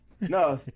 No